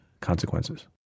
consequences